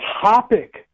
topic